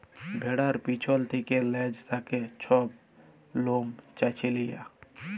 ভেড়ার পিছল থ্যাকে লেজ থ্যাকে ছব লম চাঁছে লিয়া